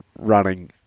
running